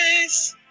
face